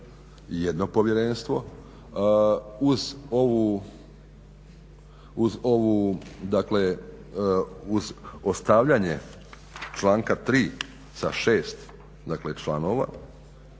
jedno povjerenstvo uz ovu, dakle uz ostavljanje članka 3. sa šest dakle članova,